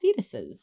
fetuses